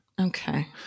Okay